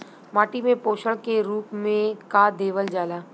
माटी में पोषण के रूप में का देवल जाला?